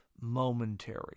momentary